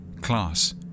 class